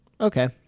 okay